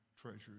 treasures